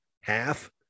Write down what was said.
half